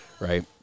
right